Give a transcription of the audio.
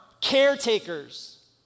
caretakers